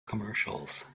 commercials